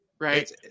right